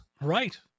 right